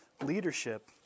leadership